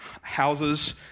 houses